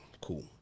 cool